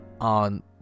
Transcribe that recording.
on